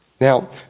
Now